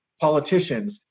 politicians